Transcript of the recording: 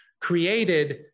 created